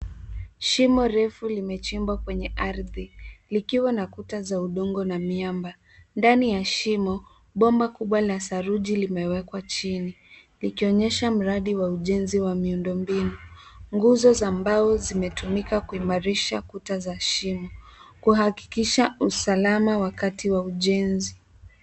Shimo refu limechimbwa kwenye ardhi likiwa na kuta za udongo na miamba. Ndani ya shimo bomba kubwa la saruji limewekwa chini likionyesha mradi wa ujenzi wa miundombinu. Nguzo za mbao zimetumika kuimarisha kuta za shimo kuhakikisha usalama wakati wa ujenzi.